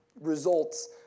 results